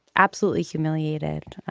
absolutely humiliated.